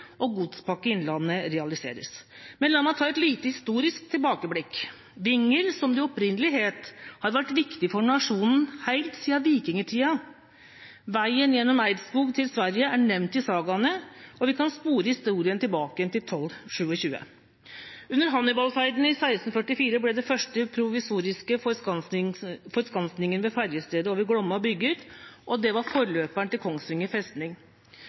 og Godspakke Innlandet realiseres. La meg ta et lite historisk tilbakeblikk. Vinger, som området opprinnelig het, har vært viktig for nasjonen helt siden vikingtiden. Veien gjennom Eidskog til Sverige er nevnt i sagaene, og vi kan spore historien tilbake til 1227. Under Hannibalfeiden i 1644 ble den første provisoriske forskansningen ved ferjestedet over Glomma bygd, og det var forløperen til Kongsvinger festning.